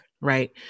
right